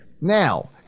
Now